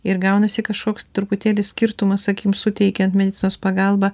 ir gaunasi kažkoks truputėlį skirtumas sakykim suteikiant medicinos pagalbą